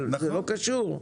אבל זה לא קשור.